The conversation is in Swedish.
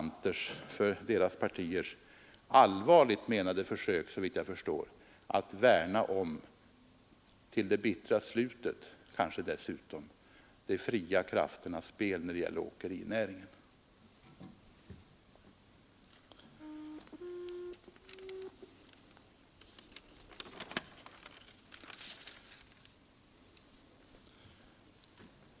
Såvitt jag förstår gör ju deras partier allvarligt menade försök att värna om — kanske till det bittra slutet — de fria krafternas spel när det gäller åkerinäringen.